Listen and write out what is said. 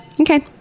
Okay